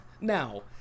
Now